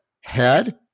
head